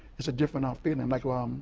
it's a different feeling. and like what